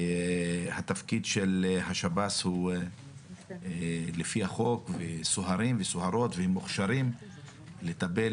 התפקיד של השב"ס הוא לפי החוק וסוהרים וסוהרות מוכשרים לטפל